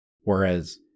Whereas